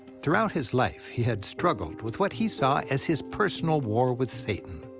throughout his life, he had struggled with what he saw as his personal war with satan.